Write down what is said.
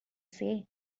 say